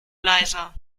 leiser